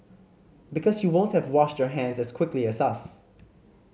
because you won't have washed your hands as quickly as us